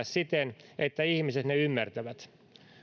siten että ihmiset ne ymmärtävät